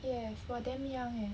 yes !wah! damn young eh